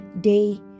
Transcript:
Day